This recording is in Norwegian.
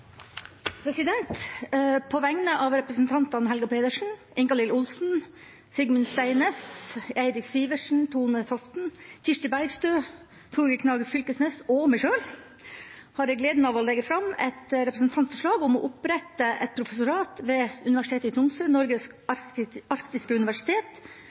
representantforslag. På vegne av stortingsrepresentantene Helga Pedersen, Ingalill Olsen, Sigmund Steinnes, Eirik Sivertsen, Tone-Helen Toften, Kirsti Bergstø, Torgeir Knag Fylkesnes og meg sjøl har jeg gleden av å legge fram et representantforslag om å opprette et professorat ved UIT, Norges arktiske universitet,